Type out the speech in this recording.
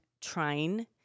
trying